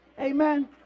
Amen